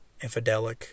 infidelic